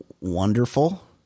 wonderful